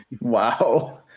Wow